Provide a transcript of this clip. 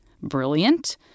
brilliant